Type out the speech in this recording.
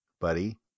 Buddy